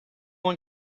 one